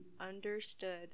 understood